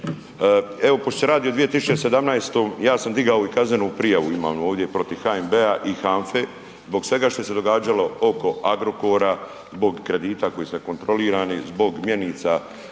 Evo pošto se radi o 2017. ja sam digao i kaznenu prijavu imam ovdje protiv HNB-a i HANFA-e zbog svega što se događalo oko Agrokora, zbog kredita koji su nekontrolirani, zbog mjenica